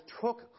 took